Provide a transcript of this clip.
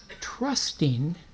trusting